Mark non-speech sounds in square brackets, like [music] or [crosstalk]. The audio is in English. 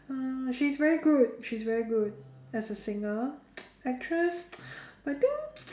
uh she's very good she's very good as a singer [noise] actress I think